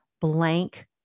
blank